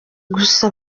gusa